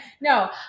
No